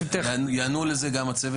יענו לזה, גם הצוות שלי.